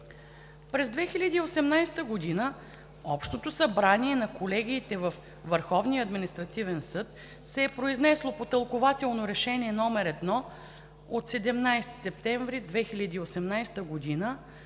През 2018 г. Общото събрание на колегиите във ВАС се е произнесло по Тълкувателно решение № 1 от 17 септември 2018 г.,